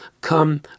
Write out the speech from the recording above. come